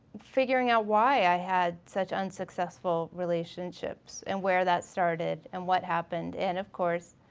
figuring out why i had such unsuccessful relationships, and where that started, and what happened, and of course,